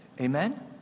Amen